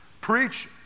Preach